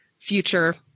future